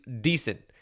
decent